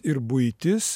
ir buitis